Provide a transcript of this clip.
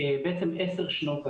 בעצם עשר שנות אדם.